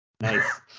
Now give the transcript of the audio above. Nice